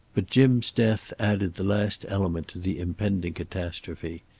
but jim's death added the last element to the impending catastrophe.